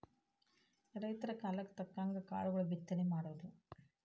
ರೈತರ ಕಾಲಕ್ಕ ತಕ್ಕಂಗ ಕಾಳುಗಳ ಬಿತ್ತನೆ ಮಾಡುದು